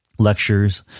lectures